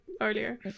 earlier